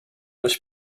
durch